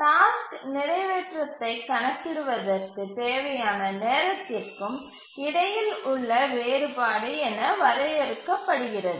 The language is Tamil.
டாஸ்க் நிறைவேற்றத்தைக் கணக்கிடுவதற்குத் தேவையான நேரத்திற்கும் இடையில் உள்ள வேறுபாடு என வரையறுக்கப்படுகிறது